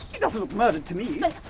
he doesn't look murdered to me! but,